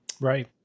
Right